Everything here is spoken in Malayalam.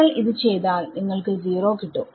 നിങ്ങൾ ഇത് ചെയ്താൽ നിങ്ങൾക്ക് സീറോ കിട്ടും